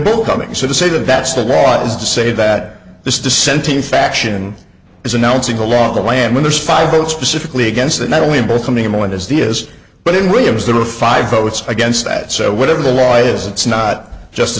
bill coming so to say that that's the law is to say that this dissenting faction is announcing along the land when there's five votes specifically against it not only in both coming in the end is the is but in williams there are five votes against that so whatever the law is it's not just the